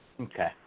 Okay